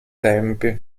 tempi